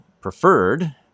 preferred